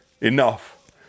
enough